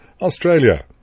Australia